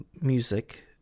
music